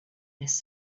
this